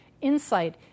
insight